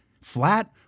Flat